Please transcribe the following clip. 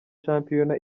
shampiyona